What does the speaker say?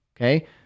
okay